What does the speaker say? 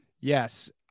Yes